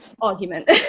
argument